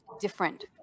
different